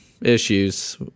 issues